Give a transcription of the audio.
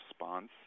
response